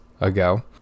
ago